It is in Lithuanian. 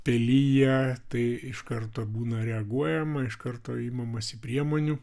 pelija tai iš karto būna reaguojama iš karto imamasi priemonių